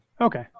Okay